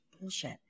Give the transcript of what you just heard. bullshit